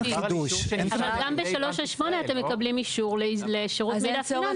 אבל גם ב-368 אתם מקבלים אישור לשירות מידע פיננסי.